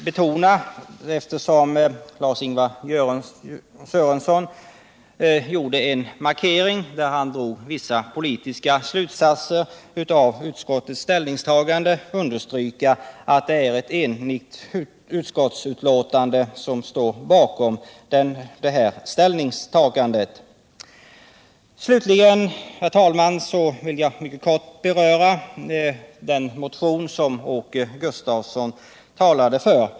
Eftersom Lars-Ingvar Sörenson gjorde en markering där han drog vissa politiska slutsatser av utskottets ställningstagande vill jag understryka att ett enigt utskott står bakom detta ställningstagande. Slutligen, herr talman, vill jag kort beröra den motion som Åke Gustavsson talade för.